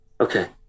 Okay